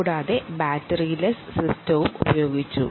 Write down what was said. കൂടാതെ battery less സിസ്റ്റവും ഉപയോഗിച്ചിരുന്നു